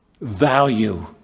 value